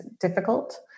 difficult